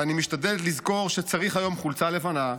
ואני משתדלת לזכור שצריך היום חולצה לבנה,